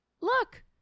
look